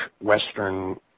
western